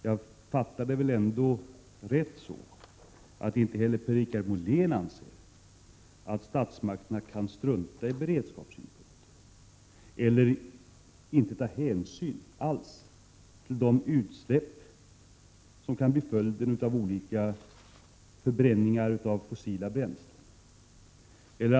Jag fattade väl ändå rätt om jag påstår att inte heller Per-Richard Molén anser att statsmakterna skall strunta i beredskapssynpunkterna, och i de utsläpp som blir följden vid förbränning av fossila bränslen.